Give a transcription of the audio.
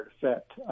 effect